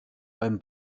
beim